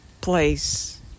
place